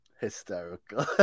Hysterical